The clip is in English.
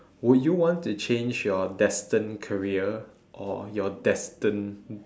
would you want to change your destined career or your destined